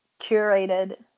curated